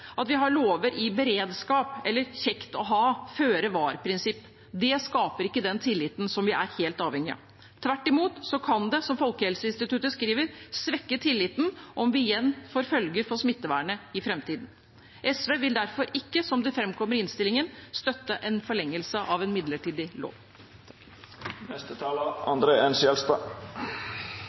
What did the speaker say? at vi har lover i beredskap, eller et «kjekt å ha» føre-var-prinsipp. Det skaper ikke den tilliten som vi er helt avhengige av. Tvert imot kan det, som Folkehelseinstituttet skriver, svekke tilliten og igjen få følger for smittevernet i framtiden. SV vil derfor ikke, som det framkommer i innstillingen, støtte en forlengelse av en midlertidig lov.